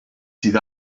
sydd